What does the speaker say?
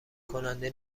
کننده